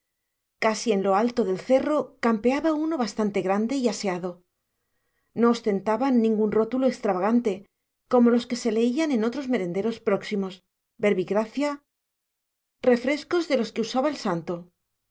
casi en lo alto del cerro campeaba uno bastante grande y aseado no ostentaba ningún rótulo extravagante como los que se leían en otros merenderos próximos verbigracia refrescos de los que usava el santo